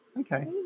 Okay